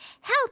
help